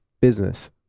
business